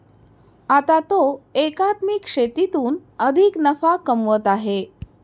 आता तो एकात्मिक शेतीतून अधिक नफा कमवत आहे